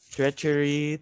treachery